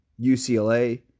UCLA